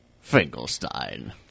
Finkelstein